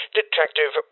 Detective